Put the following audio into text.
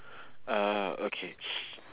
orh okay